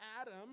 Adam